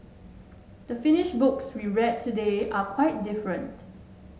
the finished books we read today are quite different